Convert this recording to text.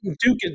Duke